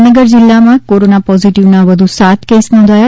જામનગર જીલ્લામાં કોરોના પોઝીટીવના વધુ સાત કેસો નોંધાયા છે